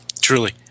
Truly